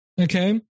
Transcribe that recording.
Okay